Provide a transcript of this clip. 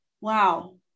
wow